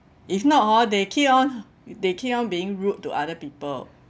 if not hor they keep on they keep on being rude to other people